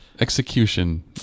Execution